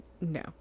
No